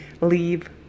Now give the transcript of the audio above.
leave